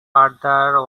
further